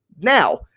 Now